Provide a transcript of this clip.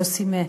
/ יוסי מת.